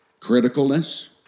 Criticalness